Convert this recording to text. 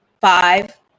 Five